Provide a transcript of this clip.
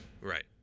Right